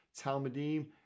Talmudim